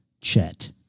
Chet